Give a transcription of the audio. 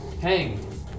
Hang